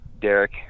Derek